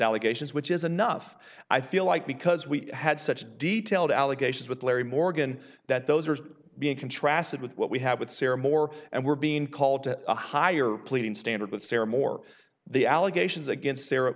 allegations which is enough i feel like because we had such detailed allegations with larry morgan that those are being contrasted with what we have with sarah moore and we're being called to a higher pleading standard but sarah moore the allegations against